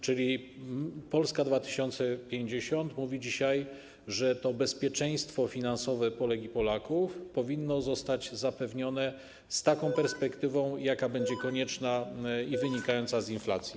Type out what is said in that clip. Czyli Polska 2050 mówi dzisiaj, że to bezpieczeństwo finansowe Polek i Polaków powinno zostać zapewnione z taką perspektywą, jaka będzie konieczna i wynikająca z inflacji.